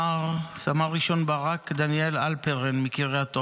סמל-ראשון ברק דניאל הלפרן, מקריית אונו,